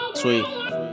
Sweet